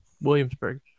Williamsburg